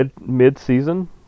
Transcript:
mid-season